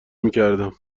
میکردم